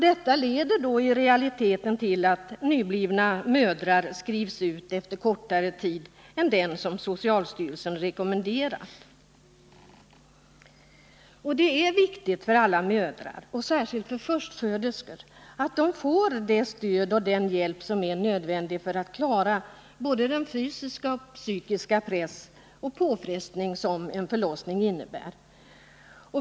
Detta leder i realiteten till att nyblivna mödrar skrivs ut tidigare än socialstyrelsen rekommenderat. Det är viktigt för alla mödrar, och särskilt för förstföderskor, att de får det stöd och den hjälp som behövs för att de skall klara både den fysiska och den psykiska påfrestning som en förlossning innebär.